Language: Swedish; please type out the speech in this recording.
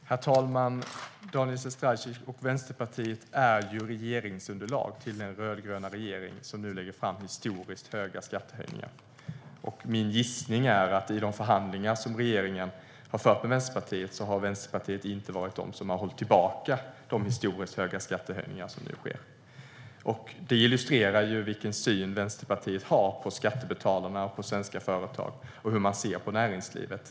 Herr talman! Daniel Sestrajcic och Vänsterpartiet är regeringsunderlag till den rödgröna regering som nu lägger fram förslag om historiskt höga skattehöjningar. Min gissning är att i de förhandlingar som regeringen har fört med Vänsterpartiet har Vänsterpartiet inte varit de som hållit tillbaka de historiskt höga skattehöjningar som nu sker. Det illustrerar vilken syn Vänsterpartiet har på skattebetalarna och svenska företag och hur de ser på näringslivet.